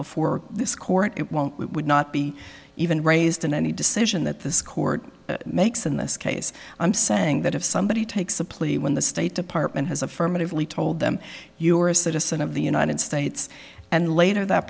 before this court it won't would not be even raised in any decision that this court makes in this case i'm saying that if somebody takes a plea when the state department has affirmatively told them you are a citizen of the united states and later that